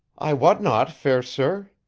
i wot not, fair sir.